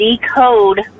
decode